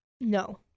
No